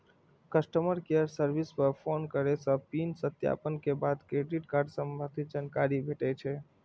customer care service पर phone करै सं पिन सत्यापन के बाद क्रेडिट कार्ड संबंधी जानकारी भेटै छै